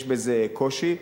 יש בזה קושי.